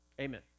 Amen